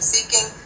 Seeking